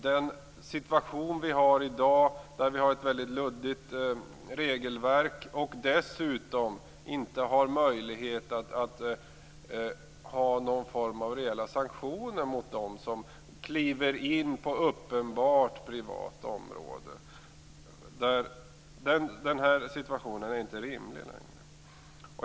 Den situation som vi har i dag, med ett mycket luddigt regelverk och dessutom utan möjligheter till reella sanktioner mot dem som kliver in på uppenbart privat område, är inte längre rimlig.